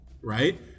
right